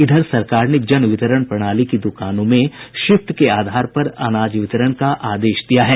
इधर सरकार ने जन वितरण प्रणाली की द्वकानों में शिफ्ट के आधार पर अनाज वितरण का आदेश दिया है